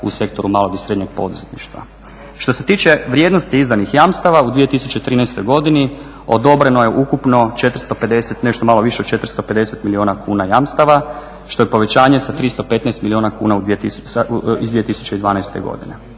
u sektoru malog i srednjeg poduzetništva. Što se tiče vrijednosti izdanih jamstava u 2013. godini odobreno je ukupno 450, nešto malo više od 450 milijuna kuna jamstava, što je povećanje sa 315 milijuna kuna iz 2012. godine.